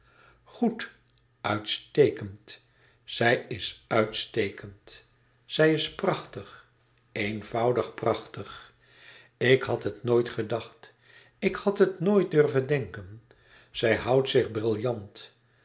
goed uitstekend zij is uitstekend zij is prachtig eenvoudig prachtig ik had het nooit gedacht ik had het nooit durven denken zij houdt zich briljant